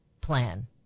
plan